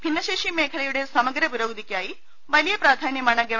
ഭിന്നശേഷി മേഖല യുടെ സമഗ്ര പുരോഗതിക്കായി വലിയ പ്രധാന്യമാണ് ഗവ